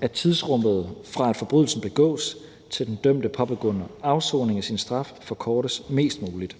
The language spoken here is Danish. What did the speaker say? at tidsrummet, fra forbrydelsen begås, til den dømte påbegynder afsoningen af sin straf, forkortes mest muligt.